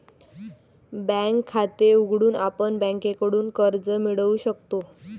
bank खाते उघडून आपण बँकेकडून कर्ज मिळवू शकतो